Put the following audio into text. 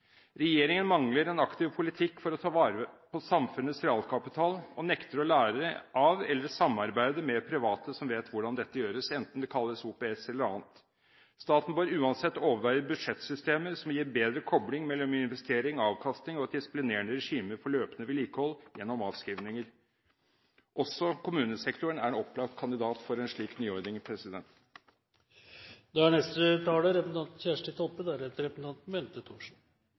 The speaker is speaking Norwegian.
Regjeringen mangler en aktiv politikk for å ta vare på samfunnets realkapital og nekter å lære av, eller samarbeide med, private som vet hvordan dette gjøres, enten det kalles OPS eller annet. Staten bør uansett overveie budsjettsystemer som gir bedre kobling mellom investering, avkastning og et disiplinerende regime for løpende vedlikehold gjennom avskrivninger. Også kommunesektoren er en opplagt kandidat for en slik nyordning. Mange har tatt opp det faktum at Stortinget gjer minimale endringar i det budsjettforslaget som fleirtalsregjeringa legg fram. Ja, det er